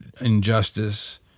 injustice